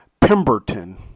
Pemberton